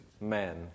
men